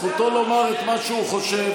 זכותו לומר את מה שהוא חושב,